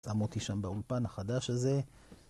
שם אותי שם באולפן החדש הזה..